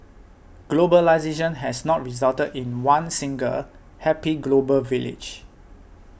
globalisation has not resulted in one single happy global village